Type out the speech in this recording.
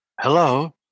hello